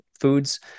foods